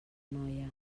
noia